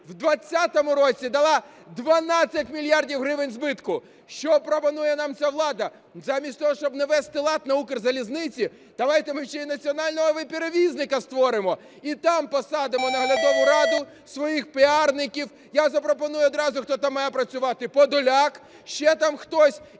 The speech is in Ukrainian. у 20-му році дала 12 мільярдів гривень збитку. Що пропонує нам ця влада? Замість того, щоб навести лад на Укрзалізниці, давайте ми ще й національного перевізника створимо, і там посадимо наглядову раду, своїх піарників. Я запропоную одразу, хто там має працювати: Подоляк, ще там хтось.